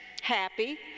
happy